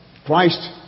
Christ